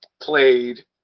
Played